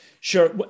Sure